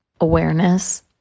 awareness